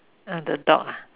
uh the dog ah